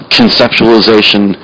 conceptualization